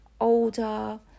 older